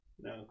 No